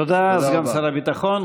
תודה, סגן שר הביטחון.